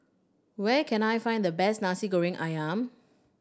where can I find the best Nasi Goreng Ayam